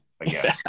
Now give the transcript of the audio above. again